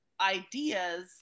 ideas